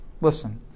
Listen